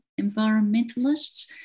environmentalists